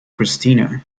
christina